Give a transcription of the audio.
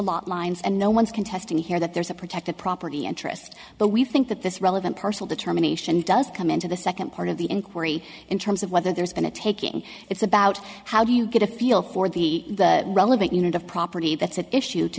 lot lines and no one is contesting here that there's a protected property interest but we think that this relevant parcel determination does come into the second part of the inquiry in terms of whether there's been a taking it's about how do you get a feel for the relevant unit of property that's at issue to